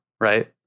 right